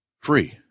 free